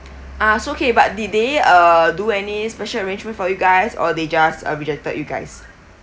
uh so okay but did they uh do any special arrangement for you guys or they just uh rejected you guys